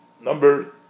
Number